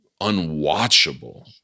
unwatchable